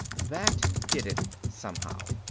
that did it, somehow.